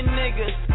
niggas